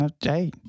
Hey